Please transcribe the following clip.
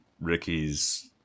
Ricky's